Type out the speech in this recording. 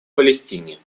палестине